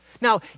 Now